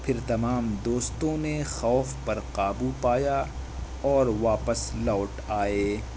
پھر تمام دوستوں نے خوف پر قابو پایا اور واپس لوٹ آئے